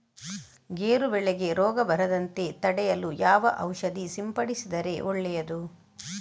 ಗೇರು ಬೆಳೆಗೆ ರೋಗ ಬರದಂತೆ ತಡೆಯಲು ಯಾವ ಔಷಧಿ ಸಿಂಪಡಿಸಿದರೆ ಒಳ್ಳೆಯದು?